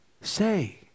say